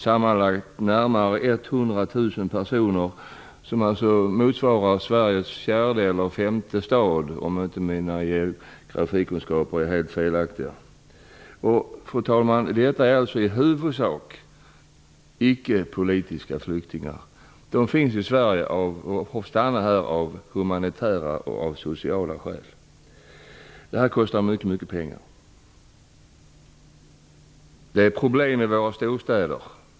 Sammanlagt är det närmare 100 000 personer, vilket motsvarar Sveriges fjärde eller femte största stad, om inte mina geografikunskaper är helt felaktiga. Fru talman! Detta är i huvudsak inte politiska flyktingar. De har har fått stanna i Sverige av humanitära och sociala skäl. Detta kostar mycket pengar. Det skapar problem i våra storstäder.